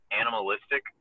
animalistic